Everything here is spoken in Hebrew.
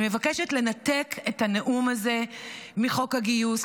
אני מבקשת לנתק את הנאום הזה מחוק הגיוס,